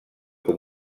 com